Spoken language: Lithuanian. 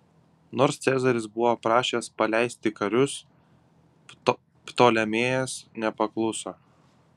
nors cezaris buvo prašęs paleisti karius ptolemėjas nepakluso